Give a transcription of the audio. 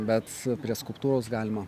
bet prie skulptūros galima